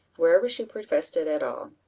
wherever she professed it at all.